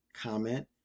comment